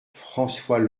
françois